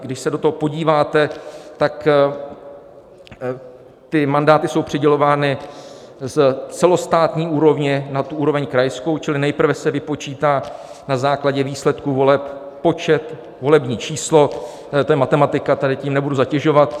Když se do toho podíváte, ty mandáty jsou přidělovány z celostátní úrovně nad úroveň krajskou, čili nejprve se vypočítá na základě výsledků voleb počet, volební číslo, to je matematika, tady tím nebudu zatěžovat.